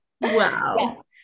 Wow